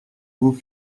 vous